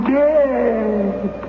dead